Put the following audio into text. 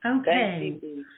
Okay